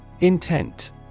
Intent